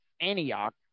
Antioch